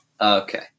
Okay